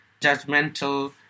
judgmental